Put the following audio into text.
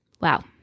Wow